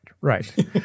right